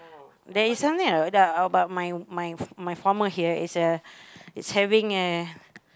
there is something I a~ about my my my former here is uh is having a